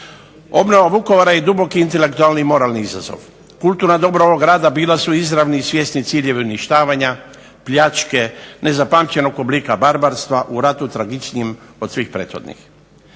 Obnova Vukovara je i duboki intelektualni i moralni izazov. Kulturna dobra ovog grada bila su izravni i svjesni cilj uništavanja, pljačke, nezapamćenog oblika barbarstva u ratu tragičnijim od svih prethodnih.